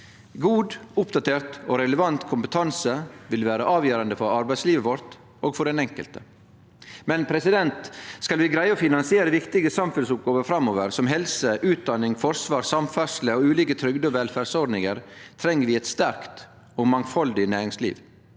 God, oppdatert og relevant kompetanse vil vere avgjerande for arbeidslivet vårt og for den enkelte. Likevel: Skal vi greie å finansiere viktige samfunnsoppgåver framover, som helse, utdanning, forsvar, samferdsle og ulike trygde- og velferdsordningar, treng vi eit sterkt og mangfaldig næringsliv